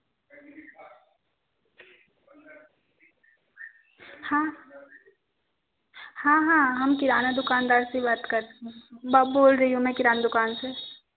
हाँ हाँ हम किराना दुकानदार से बात कर रहे ब बोल रही हूँ मैं किराना दुकान से